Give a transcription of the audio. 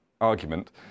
argument